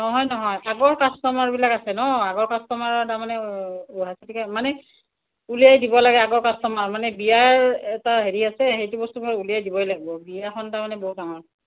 নহয় নহয় আগৰ কাষ্টমাৰবিলাক আছে ন' আগৰ কাষ্টমাৰৰ তাৰমানে গুৱাহাটীৰে মানে উলিয়াই দিব লাগে আগৰ কাষ্টমাৰ মানে বিয়াৰ এটা হেৰি আছে সেইটো বস্তু মই উলিয়াই দিবই লাগিব বিয়াখন তাৰমানে বৰ ডাঙৰ